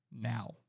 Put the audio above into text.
now